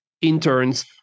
interns